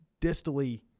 distally